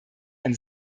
ein